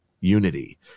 unity